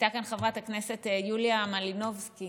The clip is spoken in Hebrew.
הייתה כאן חברת הכנסת יוליה מלינובסקי